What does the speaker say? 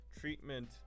treatment